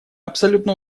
абсолютно